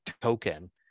token